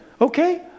Okay